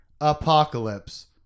Apocalypse